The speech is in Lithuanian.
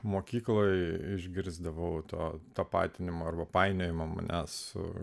mokykloje išgirsdavau tą tapatinimą arba painiojimą manęs su